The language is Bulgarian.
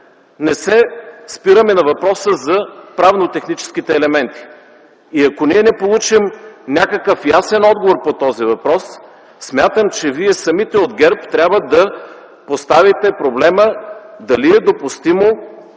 Не се спираме на въпроса за правно-техническите елементи. И ако ние не получим някакъв ясен отговор на този въпрос, смятам, че вие самите от ГЕРБ трябва да поставите проблема дали е допустимо